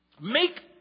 make